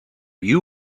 you